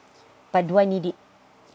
but do I need it